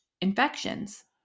infections